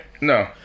No